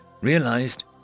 realized